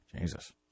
Jesus